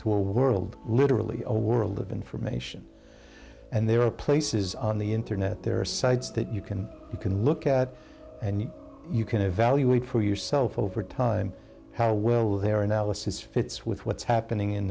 to a world literally a world of information and there are places on the internet there are sites that you can you can look at and you can evaluate for yourself over time how well their analysis fits with what's happening in